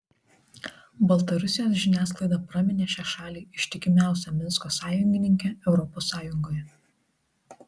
baltarusijos žiniasklaida praminė šią šalį ištikimiausia minsko sąjungininke europos sąjungoje